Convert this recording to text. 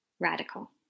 Radical